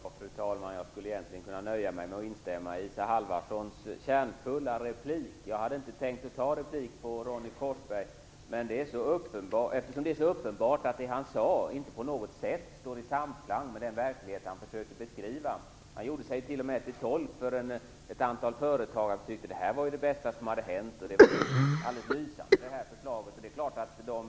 Fru talman! Jag skulle egentligen kunna nöja mig med att instämma i Isa Halvarssons kärnfulla replik. Jag hade inte tänkt att ta replik på Ronny Korsberg eftersom det är så uppenbart att det han sade inte på något sätt står i samklang med den verklighet han försöker beskriva. Han gjorde sig t.o.m. till tolk för ett antal företagare och sade att detta är det bästa som hänt och att det här förslaget är alldeles lysande.